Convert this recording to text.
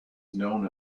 known